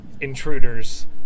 intruders